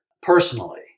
personally